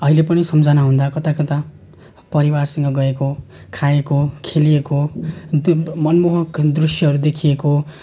अहिले पनि सम्झना हुँदा कताकता परिवारसँग गएको खाएको खेलिएको दिन मनमोहक दृश्यहरू देखिएको